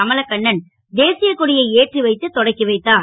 கமலக்கண்ணன் தேசிய கொடியை ஏற்றி வைத்து தொடக்கி வைத்தார்